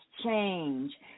change